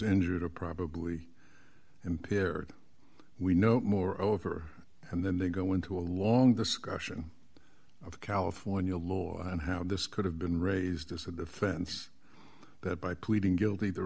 injured or probably impaired we know more over and then they go into a long discussion of california law and how this could have been raised as a defense that by pleading guilty t